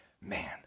man